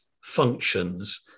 functions